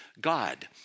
God